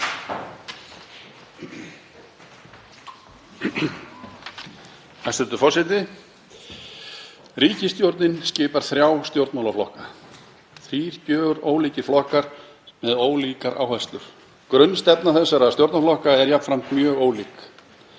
Hæstv. forseti. Ríkisstjórnina skipa þrír stjórnmálaflokkar, þrír gjörólíkir flokkar með ólíkar áherslur. Grunnstefna þessara stjórnarflokka er jafnframt mjög ólík.